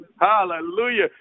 Hallelujah